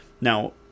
Now